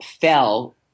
fell